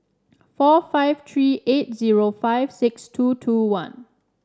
four five three eight zero five six two two one